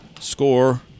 score